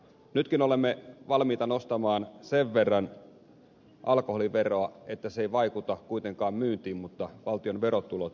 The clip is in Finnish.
nytkin olemme valmiita nostamaan sen verran alkoholiveroa että se ei vaikuta kuitenkaan myyntiin mutta valtion verotulot nousevat